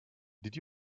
did